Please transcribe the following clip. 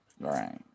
right